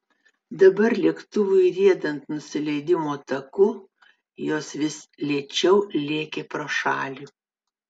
dabar lėktuvui riedant nusileidimo taku jos vis lėčiau lėkė pro šalį